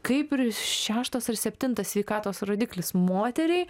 kaip ir šeštas ar septintas sveikatos rodiklis moteriai